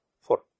Four